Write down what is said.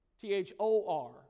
T-H-O-R